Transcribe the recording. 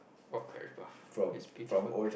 !wah! crab bar it's beautiful